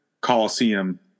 Coliseum